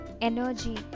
energy